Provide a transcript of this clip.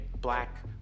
black